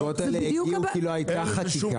אדוני היושב ראש הפסיקות האלה הגיעו כי לא הייתה חקיקה.